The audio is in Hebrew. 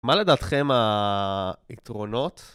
מה לדעתכם היתרונות?